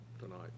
tonight